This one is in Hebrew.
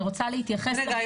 אני רוצה להתייחס ל --- את